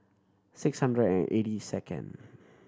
six hundred and eighty second